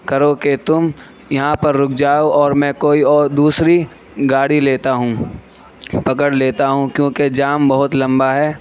کرو کہ تم یہاں پر رک جاؤ اور میں کوئی اور دوسری گاڑی لیتا ہوں پکڑ لیتا ہوں کیونکہ جام بہت لمبا ہے